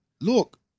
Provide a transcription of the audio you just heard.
Look